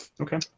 Okay